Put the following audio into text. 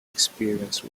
experienced